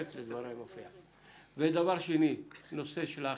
דבר שני, לא מיצינו את נושא האכיפה,